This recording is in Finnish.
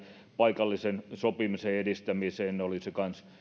paikallisen sopimisen edistämiseen olisi kanssa